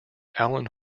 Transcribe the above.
alan